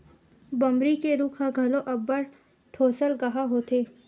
बमरी के रूख ह घलो अब्बड़ ठोसलगहा होथे